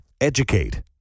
Educate